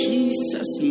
Jesus